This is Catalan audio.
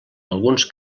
alguns